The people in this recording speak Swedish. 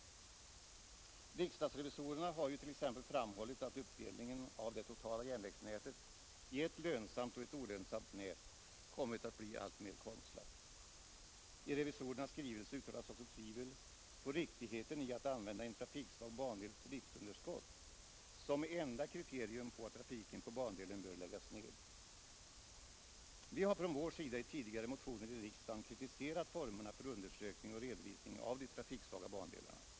Riksdagsrevisorerna har ju t.ex. framhållit att uppdelningen av det totala järnvägsnätet i ett lönsamt och ett olönsamt nät kommit att bli alltmer konstlad. I revisorernas skrivelse uttalas också tvivel på riktigheten i att använda en trafiksvag bandels driftunderskott som enda kriterium på att trafiken på bandelen bör läggas ned. Vi har från vår sida i tidigare motioner i riksdagen kritiserat formerna för undersökning och redovisning av de trafiksvaga bandelarna.